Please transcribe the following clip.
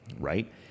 right